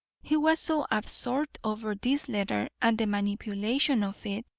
he was so absorbed over this letter and the manipulation of it,